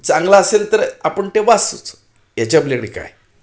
चांगलं असेल तर आपण ते वाचतोच ह्याच्या पलीकडे काय